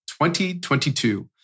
2022